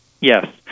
Yes